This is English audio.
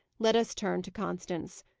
let us turn to constance.